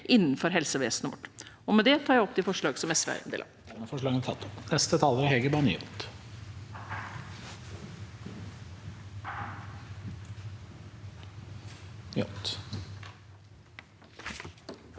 innenfor helsevesenet vårt. Med det tar jeg opp de forslag SV er